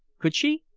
could she?